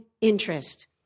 interest